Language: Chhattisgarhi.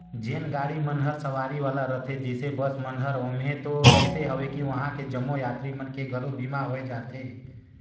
जेन गाड़ी मन हर सवारी वाला रथे जइसे बस मन हर ओम्हें तो अइसे अवे कि वंहा के जम्मो यातरी मन के घलो बीमा होय जाथे